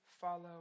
follow